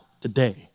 today